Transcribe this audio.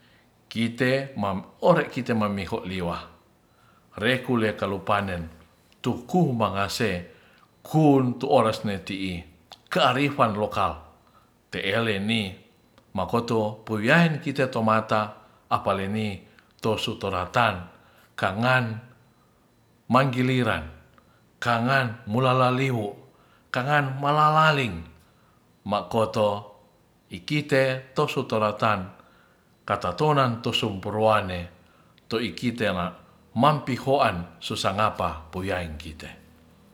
Kite ore kite mamiho liwah rekulea kalu panen tuku mangase kun tu ores ne ti'i kearifan lokal te'eleni makoto powiyaen kita tomata apaleni tosu toratan kangan manggiliran kangan mulalaliwu' kangan malalaling ma' koto ikite tosu toratan katatonan tosumpruane to ikitena man pihoan sosangapa poyaing kite.